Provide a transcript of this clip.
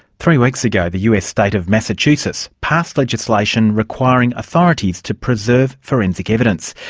three weeks ago, the us state of massachusetts passed legislation requiring authorities to preserve forensic evidence.